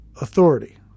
authority